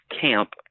camp